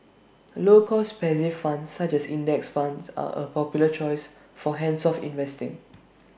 low cost passive funds such as index funds are A popular choice for hands off investing